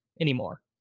anymore